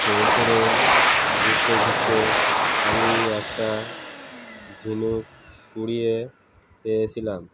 সমুদ্রে ঘুরতে ঘুরতে আমি একটা ঝিনুক কুড়িয়ে পেয়েছিলাম